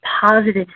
positive